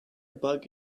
bug